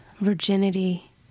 virginity